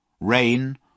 rain